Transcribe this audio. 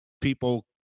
people